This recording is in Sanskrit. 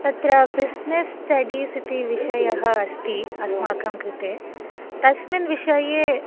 तत्र बिज़्नेस् स्टडीस् इति विषयः अस्ति अस्माकं कृते तस्मिन् विषये